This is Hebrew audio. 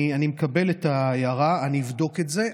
אני מקבל את ההערה ואני אבדוק את זה,